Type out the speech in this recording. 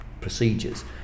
procedures